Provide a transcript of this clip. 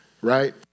right